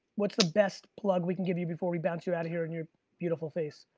what's the best plug we can give you before we bounce you out of here and your beautiful face,